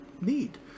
need